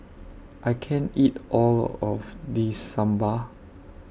I can't eat All of This Sambar